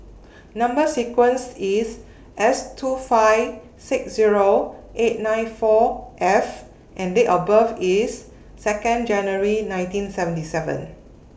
Number sequence IS S two five six Zero eight nine four F and Date of birth IS Second January nineteen seventy seven